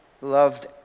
Loved